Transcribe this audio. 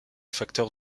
facteurs